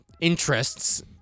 interests